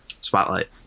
Spotlight